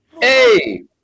Hey